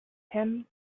him